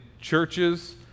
churches